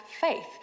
faith